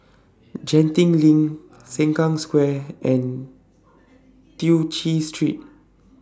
Genting LINK Sengkang Square and Tew Chew Street